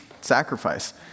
sacrifice